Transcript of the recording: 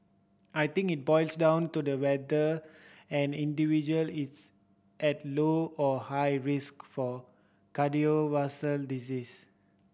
I think it boils down to the whether and individual it's at low or high risk for cardiovascular disease